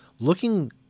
looking